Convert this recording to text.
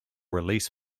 released